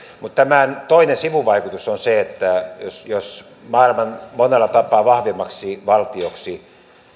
mutta tämän toinen sivuvaikutus on se että jos jos maailman monella tapaa vahvimmaksi valtioksi